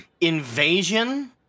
invasion